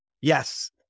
Yes